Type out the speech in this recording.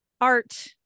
art